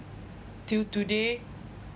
till today